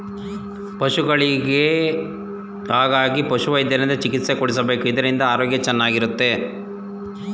ಪಶುಗಳಿಗೆ ಹಾಗಾಗಿ ಪಶುವೈದ್ಯರಿಂದ ಚಿಕಿತ್ಸೆ ಕೊಡಿಸಬೇಕು ಇದರಿಂದ ಆರೋಗ್ಯ ಚೆನ್ನಾಗಿರುತ್ತದೆ